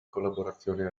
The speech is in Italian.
collaborazione